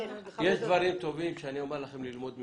יש דברים טובים שאני אומר לכם ללמוד ממנה.